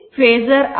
phasor ಅಲ್ಲ